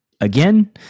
again